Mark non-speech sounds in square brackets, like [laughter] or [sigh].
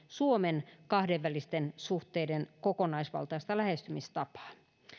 [unintelligible] suomen kahdenvälisten suhteiden kokonaisvaltaista lähestymistapaa